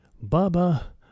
Baba